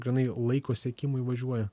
grynai laiko sekimui važiuoja